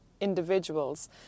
individuals